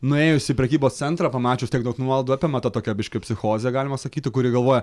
nuėjus į prekybos centrą pamačius tiek daug nuolaidų apima ta tokia biškį psichozė galima sakyti kuri galvoja